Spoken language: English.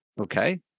Okay